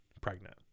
pregnant